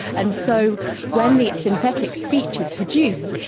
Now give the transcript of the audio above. and so when the synthetic speech is produced,